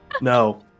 No